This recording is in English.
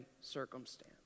circumstance